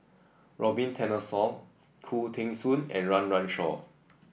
Robin Tessensohn Khoo Teng Soon and Run Run Shaw